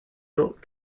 not